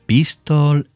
Pistol